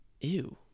Ew